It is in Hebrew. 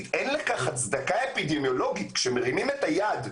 כי זה יותר נכון לבריאות הציבור במדינת ישראל.